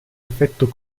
effetto